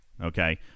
okay